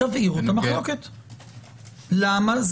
תבהירו את